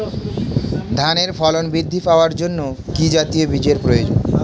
ধানে ফলন বৃদ্ধি পাওয়ার জন্য কি জাতীয় বীজের প্রয়োজন?